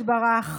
יתברך